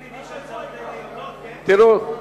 אדוני,